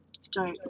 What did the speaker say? start